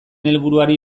helburuari